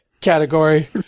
category